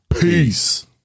Peace